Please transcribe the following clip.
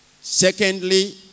Secondly